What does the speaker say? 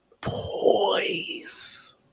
poise